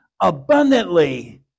abundantly